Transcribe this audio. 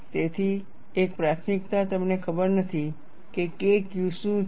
તેથી એક પ્રાથમિકતા તમને ખબર નથી કે KQ શું છે